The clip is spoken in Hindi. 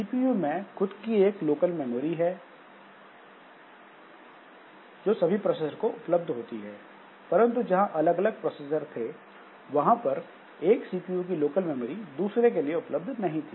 सीपीयू में खुद की एक लोकल मेमोरी होती है जो सभी प्रोसेसर को उपलब्ध होती है परंतु जहां अलग अलग प्रोसेसर थे वहां पर एक सीपीयू की लोकल मेमोरी दूसरे के लिए उपलब्ध नहीं थी